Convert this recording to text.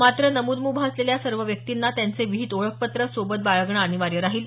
मात्र नमूद मुभा असलेल्या सर्व व्यक्तींना त्यांचे विहित ओळखपत्र सोबत बाळगणं अनिवार्य राहील